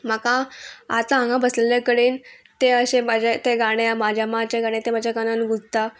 म्हाका आतां हांगा बसलेले कडेन तें अशे म्हाजे तें गाणें म्हाज्या माचें गाणें तें म्हाज्या गाणान गुजता